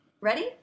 Ready